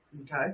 Okay